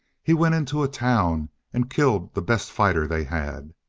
he went into a town and killed the best fighter they had.